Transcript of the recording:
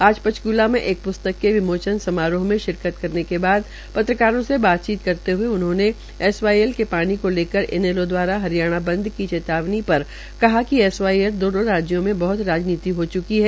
आज पंचक्ला में एक प्स्तक विमोचन समारोह में शिरकत करने के बाद पत्रकारों से बातचीत करते हुए उन्होंने एसवाईएल के पानी को लेकर इनैलो द्वारा हरियाणा बंद की चेतावनी पर कहा कि एसवाईएल पर दोनों राज्यों में बहत राजनीति हो च्की है